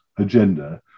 agenda